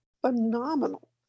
phenomenal